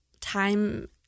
time